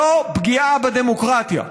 זו פגיעה בדמוקרטיה.